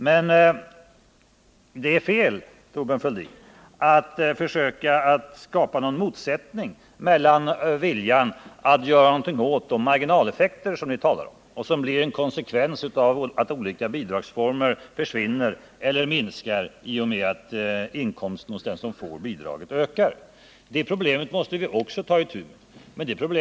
Men det är fel, Thorbjörn Fälldin, att försöka skapa en motsättning mellan marginalskattesänkningen och viljan att göra någonting åt de marginaleffekter som ni talar om och som blir en konsekvens av att olika bidrag försvinner eller minskar i och med att inkomsten ökar. Det problemet måste vi också ta itu med.